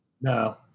No